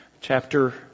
chapter